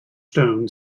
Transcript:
stone